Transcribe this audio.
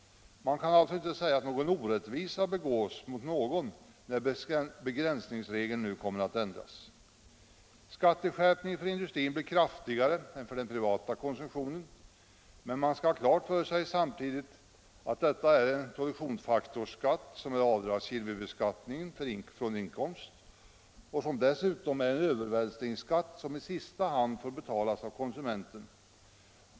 Man kan alltså inte säga att någon orättvisa begås mot någon när begränsningsregeln nu kommer att ändras. Skatteskärpningen för industrin blir kraftigare än för den privata konsumtionen, men man skall samtidigt ha klart för sig att detta är en produktionsfaktorsskatt, som är avdragsgill vid inkomstbeskattningen och som dessutom är en övervältringsskatt som i sista hand får betalas av konsumenten.